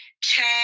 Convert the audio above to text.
check